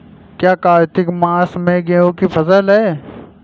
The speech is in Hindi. क्या कार्तिक मास में गेहु की फ़सल है?